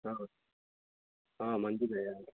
మంచిదయ్యా